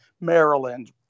Maryland